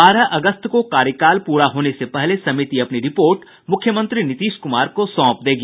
बारह अगस्त को कार्यकाल पूरा होने से पहले समिति अपनी रिपोर्ट मुख्यमंत्री नीतीश कुमार को सौंप देगी